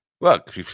look